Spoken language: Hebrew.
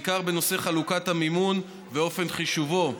בעיקר בנושא חלוקת המימון ואופן חישובו.